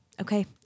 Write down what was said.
Okay